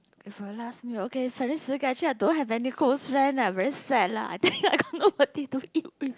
for your last meal okay frankly speaking actually I don't have any close friend eh very sad lah I think I got nobody to eat with